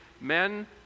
men